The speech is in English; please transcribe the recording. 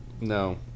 No